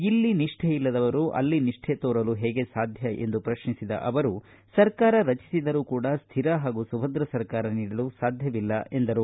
ಇಲ್ಲಿ ನಿಷ್ಠೇ ಇಲ್ಲದವರು ಅಲ್ಲಿ ನಿಷ್ಠೆ ತೋರಲು ಹೇಗೆ ಸಾಧ್ಯ ಎಂದು ಪ್ರಶ್ನಿಸಿದ ಅವರು ಸರ್ಕಾರ ರಚಿಸಿದರೂ ಕೂಡಾ ಸ್ಥಿರ ಹಾಗೂ ಸುಭದ್ರ ಸರ್ಕಾರ ನೀಡಲು ಸಾಧ್ಯವಿಲ್ಲ ಎಂದರು